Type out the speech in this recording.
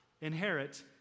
inherit